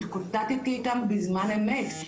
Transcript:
התקוטטתי איתן בזמן אמת,